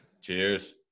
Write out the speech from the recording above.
Cheers